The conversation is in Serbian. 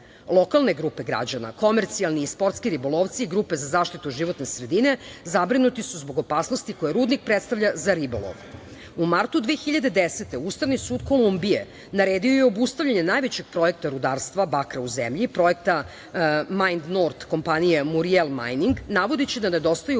Lokalne grupe građana, komercijalni i sportski ribolovci, grupe za zaštitu životne sredine zabrinuti zbog opasnosti koje rudnik predstavlja za ribolov.U martu 2010. godine Ustavni sud Kolumbije naredio je obustavljanje najvećeg projekta rudarstva bakra u zemlji, projekat „Maind nord“, kopmanije „Murijel majning“ navodeći da nedostaju